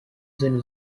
isoni